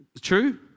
true